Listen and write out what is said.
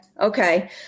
Okay